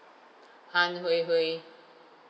han hui hui